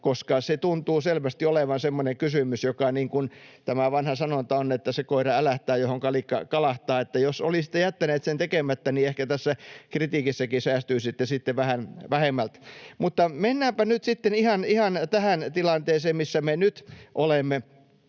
koska se tuntuu selvästi olevan semmoinen kysymys, niin kuin tämä vanha sanonta on, että se koira älähtää, johon kalikka kalahtaa. Eli jos olisitte jättäneet sen tekemättä, niin ehkä tässä kritiikissäkin pääsisitte sitten vähän vähemmällä. Mutta mennäänpä nyt sitten ihan tähän tilanteeseen, missä me nyt olemme.